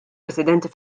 residenti